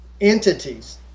entities